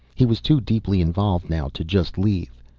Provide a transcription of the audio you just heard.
he was too deeply involved now to just leave.